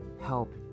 help